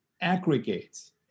aggregates